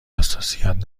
حساسیت